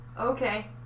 okay